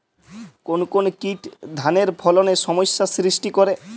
কোন কোন কীট ধানের ফলনে সমস্যা সৃষ্টি করে?